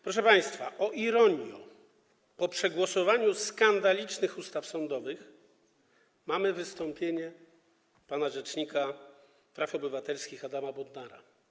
Proszę państwa, o ironio, po przegłosowaniu skandalicznych ustaw sądowych mamy wystąpienie pana rzecznika praw obywatelskich Adama Bodnara.